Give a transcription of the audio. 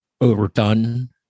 overdone